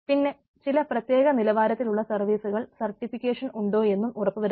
പിന്നെ ചില പ്രത്യേക നിലവാരത്തിലുള്ള സർവ്വീസുകൾക്ക് സർട്ടിഫിക്കേഷൻ ഉണ്ടോ എന്നും ഉറപ്പു വരുത്തണം